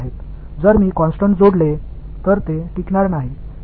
நான் ஏதாவது ஒரு கான்ஸ்டன்ட் சேர்த்தால் அது நீடித்து இருக்காது